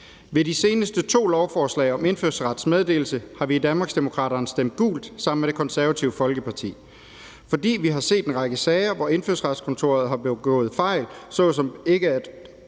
Ved de seneste to lovforslag om indfødsrets meddelelse har vi i Danmarksdemokraterne stemt gult sammen med Det Konservative Folkeparti, fordi vi har set en række sager, hvor Indfødsretskontoret har begået fejl såsom ikke at